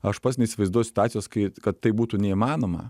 aš pats neįsivaizduoju situacijos kai kad tai būtų neįmanoma